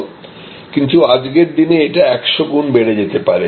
কিন্তু আজকের দিনে এটা একশ গুণ বেড়ে যেতে পারে